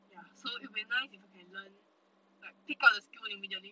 ya so it will be nice if I can learn like pick up the skill immediately